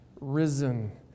risen